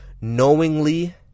knowingly